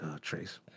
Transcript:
trace